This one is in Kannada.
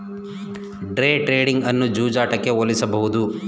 ಡೇ ಟ್ರೇಡಿಂಗ್ ಅನ್ನು ಜೂಜಾಟಕ್ಕೆ ಹೋಲಿಸಬಹುದು